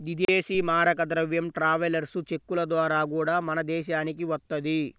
ఇదేశీ మారక ద్రవ్యం ట్రావెలర్స్ చెక్కుల ద్వారా గూడా మన దేశానికి వత్తది